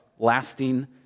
lasting